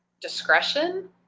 discretion